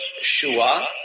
Shua